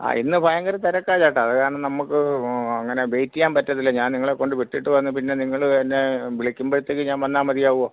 ആ ഇന്ന് ഭയങ്കര തിരക്കാ ചേട്ടാ അത് കാരണം നമുക്ക് അങ്ങനെ വെയിറ്റ് ചെയ്യാൻ പറ്റത്തില്ല ഞാൻ നിങ്ങളെ കൊണ്ട് വിട്ടിട്ട് വന്നു പിന്നെ നിങ്ങൾ എന്നെ വിളിക്കുമ്പോഴത്തേക്ക് ഞാൻ വന്നാൽ മതിയാവുമോ